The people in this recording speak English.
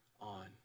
on